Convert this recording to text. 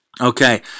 Okay